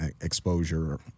exposure